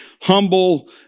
humble